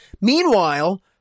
Meanwhile